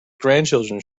grandchildren